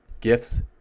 gifts